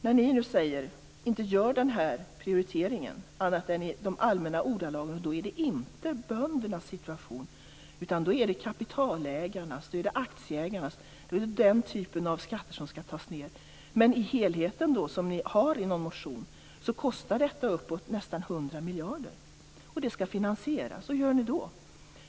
Ni gör inte den här prioriteringen annat än i allmänna ordalag, och då är det inte böndernas situation det handlar om. Då handlar det om kapitalägarnas och aktieägarnas situation. Det är den typen av skatter som skall tas ned. I någon motion tar ni upp helheten, och detta kostar nästan 100 miljarder. Det skall finansieras. Hur gör ni då?